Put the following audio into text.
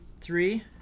Three